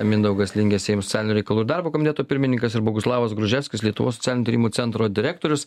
mindaugas lingė seimo socialinių reikalų ir darbo komiteto pirmininkas ir boguslavas gruževskis lietuvos tyrimų centro direktorius